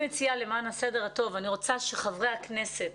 למען הסדר הטוב, אני רוצה שחברי הכנסת,